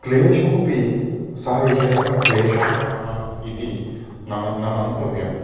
क्लेशोऽपि सः विषयः क्लेशावहः इति नाम न मन्तव्यम्